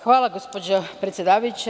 Hvala, gospođo predsedavajuća.